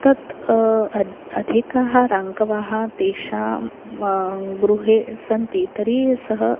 तत् अतः अधिकाः राङ्कवाः तेषां गृहे सन्ति तर्हि सः